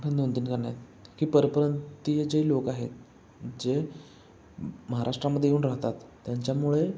आपण नोंदणी करण्यात की परप्रांतीय ती जे लोक आहेत जे महाराष्ट्रामध्ये येऊन राहतात त्यांच्यामुळे